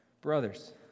Brothers